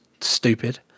stupid